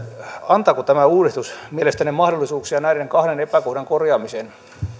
antaako tämä uudistus mielestänne mahdollisuuksia näiden kahden epäkohdan korjaamiseen